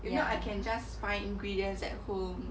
you know I can just find ingredients at home